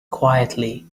quietly